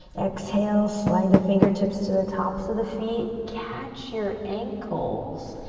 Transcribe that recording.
exhale, slide the fingertips to the tops of the feet. catch your ankles.